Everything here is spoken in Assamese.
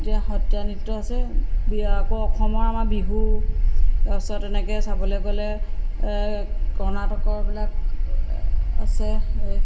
তিয়া সত্ৰীয়া নৃত্য আছে ব আকৌ অসমৰ আমাৰ বিহু তাৰপিছত এনেকৈ চাবলৈ গ'লে কৰ্ণাটকৰবিলাক আছে